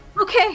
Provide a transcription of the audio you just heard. Okay